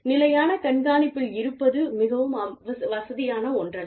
நிலையான கண்காணிப்பில் இருப்பது மிகவும் வசதியான ஒன்றல்ல